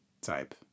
type